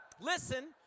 Listen